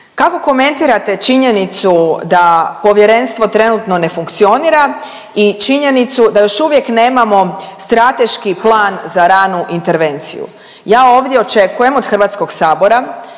Kako komentirate činjenicu da povjerenstvo trenutno ne funkcionira i činjenicu da još uvijek nemamo strateški plan za ranu intervenciju? Ja ovdje očekujem od HS-a kao